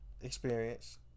experience